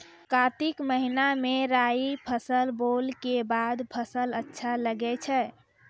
कार्तिक महीना मे राई फसल बोलऽ के बाद फसल अच्छा लगे छै